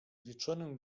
wieczorem